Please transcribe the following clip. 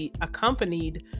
accompanied